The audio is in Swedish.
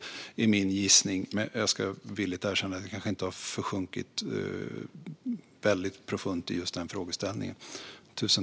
Detta är min gissning, men jag ska villigt erkänna att jag inte har försjunkit så väldigt profunt i just den frågeställningen.